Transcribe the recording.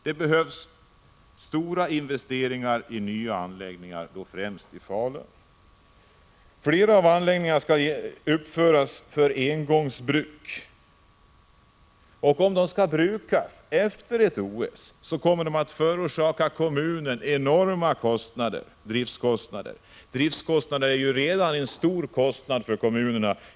Det behövs stora investeringar i nya anläggningar, främst i Falun. Flera av anläggningarna skall uppföras för engångsbruk. Om de skall brukas efter ett OS, kommer de att förorsaka kommunerna enorma driftskostnader. Driftskostnader för andra anläggningar är redan en stor utgiftspost för kommunerna.